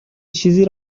چیزی